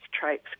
traits